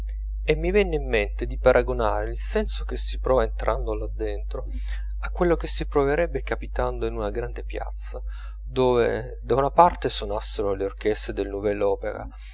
e mi venne in mente di paragonare il senso che si prova entrando là dentro a quello che si proverebbe capitando in una gran piazza dove da una parte sonassero le orchestre del nouvel opéra